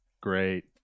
Great